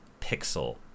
pixel